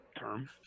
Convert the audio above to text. term